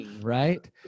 right